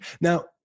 Now